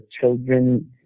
children